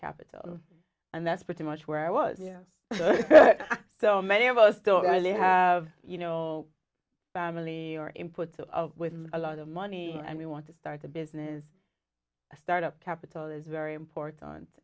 capital and that's pretty much where i was yeah so many of us still really have you know family or input with a lot of money and we want to start a business start up capital is very important